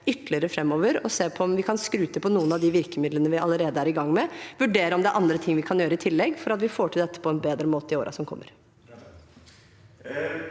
ytterligere på om vi kan skru til på noen av de virkemidlene vi allerede er i gang med, og vurdere om det er andre ting vi kan gjøre i tillegg, for at vi får til dette på en bedre måte i årene som kommer.